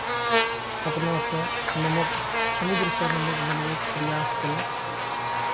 अपनासँ नमक समुद्रसँ नमक बनबैके प्रयास कयलक